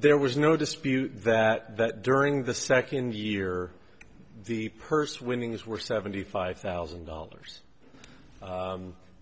there was no dispute that during the second year the purse winnings were seventy five thousand dollars